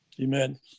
Amen